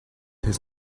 his